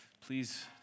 Please